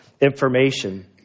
information